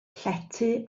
llety